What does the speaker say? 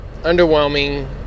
Underwhelming